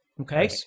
Okay